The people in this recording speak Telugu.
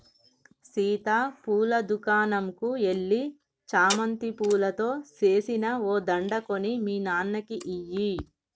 సీత పూల దుకనంకు ఎల్లి చామంతి పూలతో సేసిన ఓ దండ కొని మీ నాన్నకి ఇయ్యి